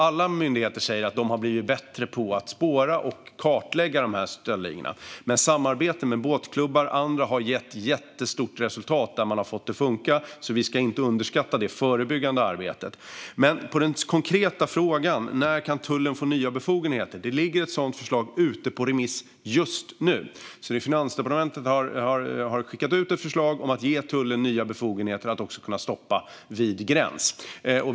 Alla myndigheter säger att de har blivit bättre på att spåra och kartlägga stöldligorna, men samarbeten med båtklubbar och andra har gett jättestora resultat där man har fått det att funka. Vi ska alltså inte underskatta det förebyggande arbetet. Den konkreta frågan var när tullen kan få nya befogenheter. Det ligger ett sådant förslag ute på remiss just nu. Finansdepartementet har skickat ut ett förslag om att ge tullen nya befogenheter att även kunna stoppa vid gräns.